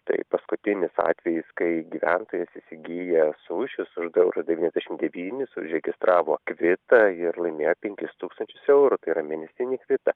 tai paskutinis atvejis kai gyventojas įsigijęs sušius už du eurus devyniasdešimt devynis užregistravo kvitą ir laimėjo penkis tūkstančius eurų tai yra mėnesinį kvitą